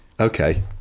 Okay